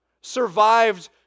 survived